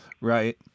Right